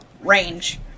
range